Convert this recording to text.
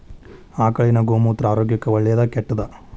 ಆಕಳಿನ ಗೋಮೂತ್ರ ಆರೋಗ್ಯಕ್ಕ ಒಳ್ಳೆದಾ ಕೆಟ್ಟದಾ?